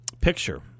picture